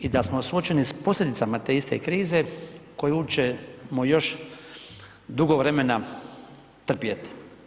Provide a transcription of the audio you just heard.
I da smo suočeni s posljedicama te iste krize koju ćemo još dugo vremena trpjeti.